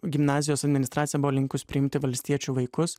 gimnazijos administracija buvo linkus priimti valstiečių vaikus